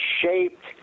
shaped